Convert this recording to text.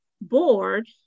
board